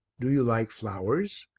do you like flowers?